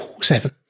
Seven